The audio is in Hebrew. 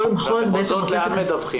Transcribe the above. לאן מדווחים המחוזות?